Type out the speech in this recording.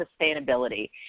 sustainability